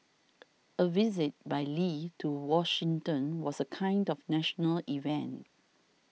a visit by Lee to Washington was a kind of national event